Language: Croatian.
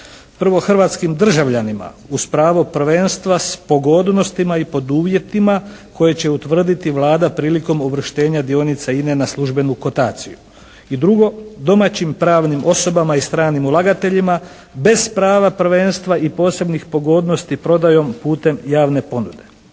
prvo hrvatskim državljanima uz pravo prvenstva s pogodnostima i pod uvjetima koje će utvrditi Vlada prilikom uvrštenja INA-e na službenu kotaciju. I drugo, domaćim pravnim osobama i stranim ulagateljima bez prava prvenstva i posebnih pogodnosti prodajom putem javne ponude.